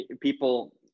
people